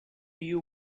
you